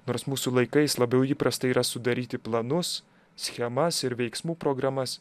nors mūsų laikais labiau įprasta yra sudaryti planus schemas ir veiksmų programas